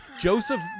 Joseph